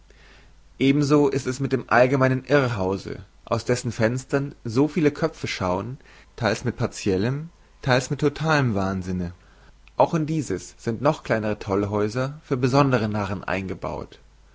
so ist es mit dem allgemeinen irrhause aus dessen fenstern so viele köpfe schauen theils mit partiellem theils mit totalem wahnsinne auch in dieses sind noch kleinere tollhäuser für besondere narren hineingebaut